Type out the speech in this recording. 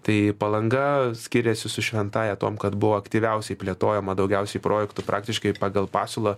tai palanga skiriasi su šventąja tuom kad buvo aktyviausiai plėtojama daugiausiai projektų praktiškai pagal pasiūlą